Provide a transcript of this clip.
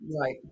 right